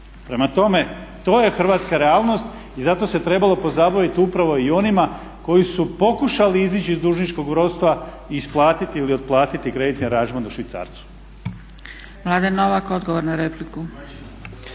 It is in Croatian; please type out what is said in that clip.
Prema tome, to je hrvatska realnost i zato se trebalo pozabavit upravo i onima koji su pokušali izići iz dužničkog ropstva i isplatiti ili otplatiti kreditni aranžman u švicarcu.